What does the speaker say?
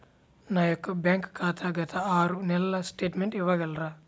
నా యొక్క బ్యాంక్ ఖాతా గత ఆరు నెలల స్టేట్మెంట్ ఇవ్వగలరా?